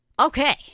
Okay